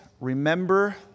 remember